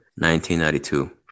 1992